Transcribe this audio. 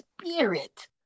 spirit